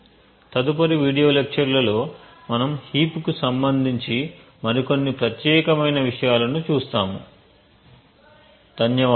తదుపరి video lecture లలో మనము హీప్ కు సంబంధించి మరికొన్ని ప్రత్యేక విషయాలను చూస్తాము ధన్యవాదాలు